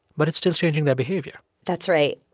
but it's still changing their behavior that's right.